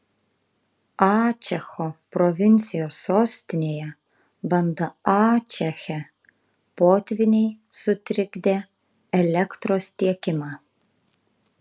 ačecho provincijos sostinėje banda ačeche potvyniai sutrikdė elektros tiekimą